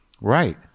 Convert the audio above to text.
right